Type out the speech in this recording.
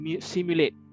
simulate